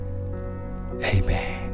Amen